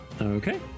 Okay